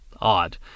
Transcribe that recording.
odd